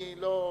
נכון.